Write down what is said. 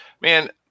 man